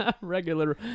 regular